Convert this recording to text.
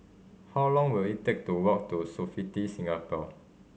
how long will it take to walk to Sofitel Singapore